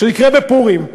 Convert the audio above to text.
שיקרה בפורים.